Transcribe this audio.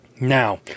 now